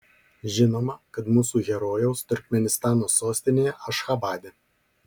žinoma kad mūsų herojaus turkmėnistano sostinėje ašchabade